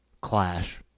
clash